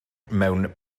mewn